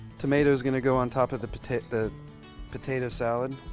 tomato is going to go on top of the potato the potato salad.